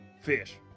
fish